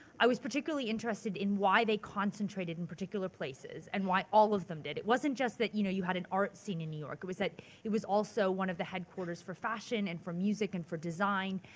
i was particularly interested in why they concentrated in particular places and why all of them did. it wasn't just that you know you had an art scene in new york. it was that it was also one of the headquarters for fashion and for music and for design.